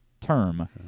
Term